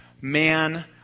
man